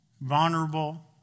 vulnerable